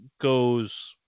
goes